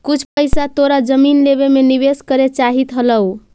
कुछ पइसा तोरा जमीन लेवे में निवेश करे चाहित हलउ